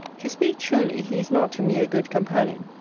to speak truly, he is not to me a good companion,